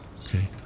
Okay